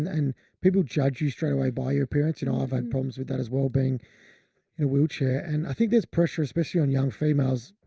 and people judge you straight away by your appearance. you know i've had problems with that as well being in a wheelchair, and i think there's pressure, especially on young females,